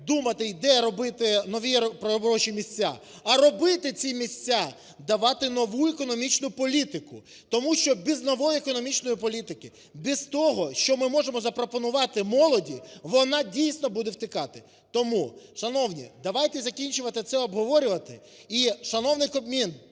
думати, де робити нові робочі місця, а робити ці місця, давати нову економічну політику. Тому що без нової економічної політики. Без того, що ми можемо запропонувати молоді, вона дійсно буде втікати. Тому, шановні, давайте закінчувати це обговорювати. І, шановний Кабмін,